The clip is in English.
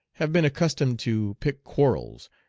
have been accustomed to pick quarrels,